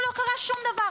היא נשלטת על ידי חיזבאללה.